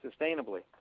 sustainably